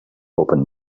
open